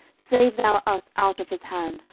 save thou us out of his hand,